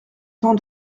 temps